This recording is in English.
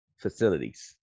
facilities